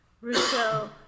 Rousseau